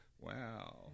Wow